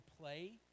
play